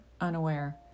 unaware